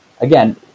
again